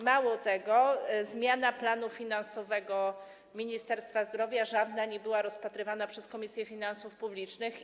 Mało tego, żadna zmiana planu finansowego Ministerstwa Zdrowia nie była rozpatrywana przez Komisję Finansów Publicznych.